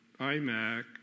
IMAC